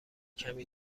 کمی